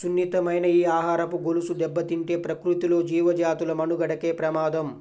సున్నితమైన ఈ ఆహారపు గొలుసు దెబ్బతింటే ప్రకృతిలో జీవజాతుల మనుగడకే ప్రమాదం